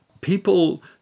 people